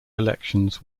elections